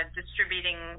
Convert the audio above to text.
distributing